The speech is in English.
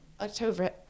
October